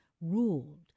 ruled